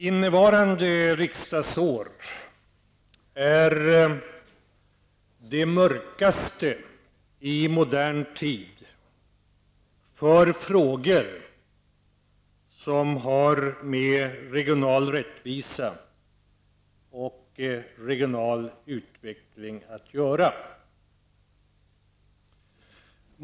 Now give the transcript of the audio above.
Innevarande riksdagsår är det mörkaste i modern tid för frågor som har med regional rättvisa och regional utveckling att göra.